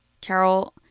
Carol